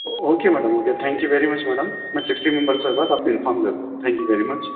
okay madam okay thank you very much madam میں fifteen minutes کے بعد آپ کو انفورم کرتا ہوں تھینک یو ویری مچ